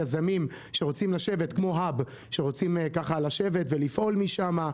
יזמים - כמו hub שרוצים לשבת ולפעול משם.